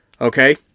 Okay